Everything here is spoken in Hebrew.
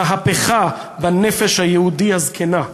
מהפכה בנפש היהודי הזקנה.